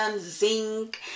zinc